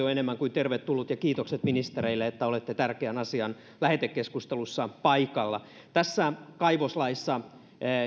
on enemmän kuin tervetullut ja kiitokset ministereille että olette tärkeän asian lähetekeskustelussa paikalla kaivoslaissa